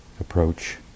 approach